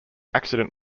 accident